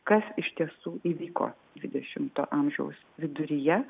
kas iš tiesų įvyko dvidešimto amžiaus viduryje